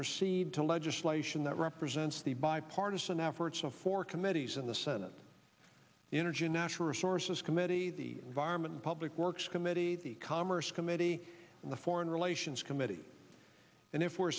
proceed to legislation that represents the bipartisan efforts of four committees in the senate energy and natural resources committee the environment and public works committee the commerce committee and the foreign relations committee and